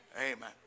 Amen